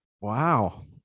Wow